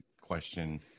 question